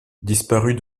disparue